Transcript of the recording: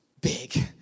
big